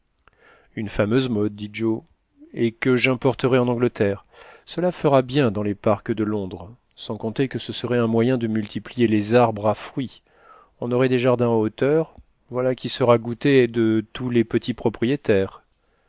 une fameuse mode dit joe et que j'importerai en angleterre cela fera bien dans les parcs de londres sans compter que ce serait un moyen de multiplier les arbres à fruit on aurait des jardins en hauteur voilà qui sera goûté de tous les petits propriétaires